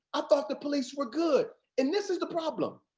um thought the police were good. and this is the problem.